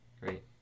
great